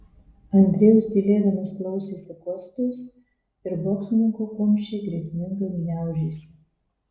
andrejus tylėdamas klausėsi kostios ir boksininko kumščiai grėsmingai gniaužėsi